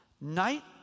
Night